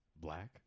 black